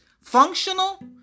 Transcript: functional